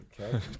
okay